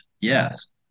yes